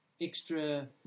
extra